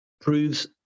proves